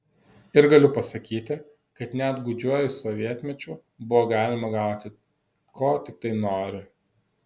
ir galiu pasakyti kad net gūdžiuoju sovietmečiu buvo galima gauti ko tiktai nori